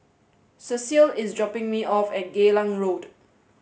Cecile is dropping me off at Geylang Road